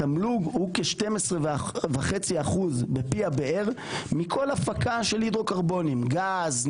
התמלוג הוא כ-12.5% בפי הבאר מכל הפקה של הידרוקרבונים: גז,